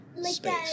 space